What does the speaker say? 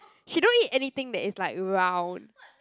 she don't eat anything that is like round